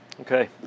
Okay